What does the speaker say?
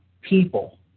people